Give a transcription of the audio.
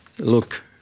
look